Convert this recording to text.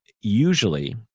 usually